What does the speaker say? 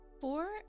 four